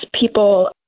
people